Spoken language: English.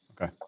Okay